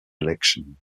election